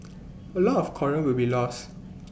A lot of Coral will be lost